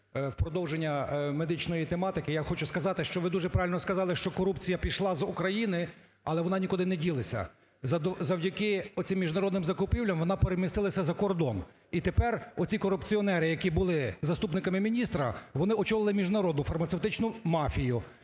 В продовження медичної тематики, я хочу сказати, що ви дуже правильно сказали, що корупція пішла з України, але вона нікуди не ділася. Завдяки цим міжнародним закупівлям, вона перемістилася за кордон і тепер оці корупціонери, які були заступниками міністра, вони очолили міжнародну фармацевтичну мафію